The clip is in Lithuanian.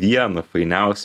vienu fainiausių